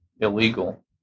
illegal